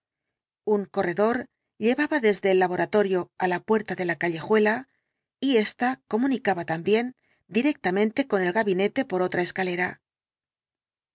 un corredor llevaba desde el laboratorio á la puerta de la callejuela y ésta comunicaba también directamente con el gabinete por otra escalera